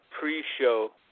pre-show